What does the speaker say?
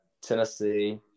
Tennessee